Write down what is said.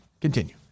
Continue